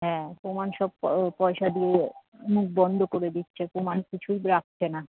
হ্যাঁ প্রমাণ সব পয়সা দিয়ে মুখ বন্ধ করে দিচ্ছে প্রমাণ কিছুই রাখছে না